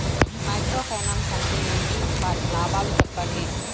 Micro finance అంటే ఏమి? వాటి లాభాలు సెప్పండి?